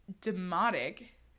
Demotic